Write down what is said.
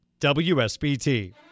WSBT